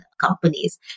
companies